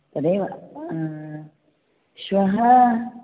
तदेव श्वः